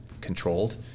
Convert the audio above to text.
controlled